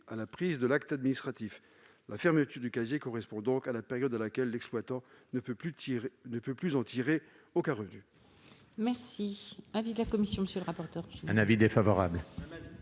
à la prise de l'acte administratif. La fermeture du casier correspond donc à la période pendant laquelle l'exploitant ne peut plus en tirer aucun revenu.